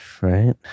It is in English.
right